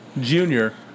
Junior